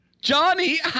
Johnny